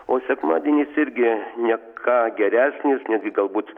o sekmadienis irgi ne ką geresnis netgi galbūt